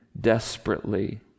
desperately